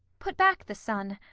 put back the sun,